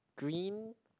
green